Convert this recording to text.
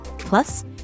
Plus